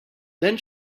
then